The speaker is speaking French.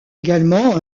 également